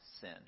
sin